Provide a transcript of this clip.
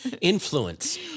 influence